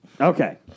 Okay